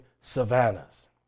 savannas